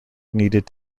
needed